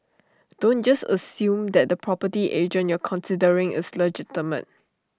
don't just assume that the property agent you're considering is legitimate